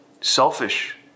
selfish